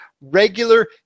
regular